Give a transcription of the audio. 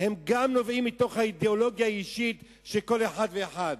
הן גם נובעות מהאידיאולוגיה האישית של כל אחד ואחד.